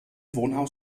wohnhaus